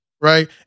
right